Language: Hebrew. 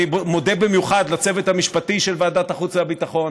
אני מודה במיוחד לצוות המשפטי של ועדת החוץ והביטחון,